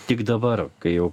tik dabar kai jau